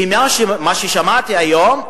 ומה ששמעתי היום,